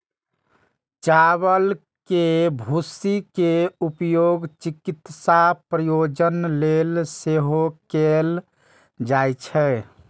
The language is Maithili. चावल के भूसी के उपयोग चिकित्सा प्रयोजन लेल सेहो कैल जाइ छै